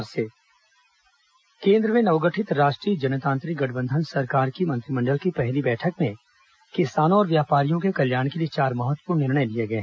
मंत्रिमंडल फैसले केन्द्र में नवगठित राष्ट्रीय जनतांत्रिक गठबंधन सरकार की मंत्रिमंडल की पहली बैठक में किसानों और व्यापारियों के कल्याण के लिए चार महत्वपूर्ण निर्णय लिये गये